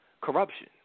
corruption